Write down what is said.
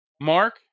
Mark